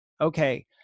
okay